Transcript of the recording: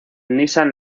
nissan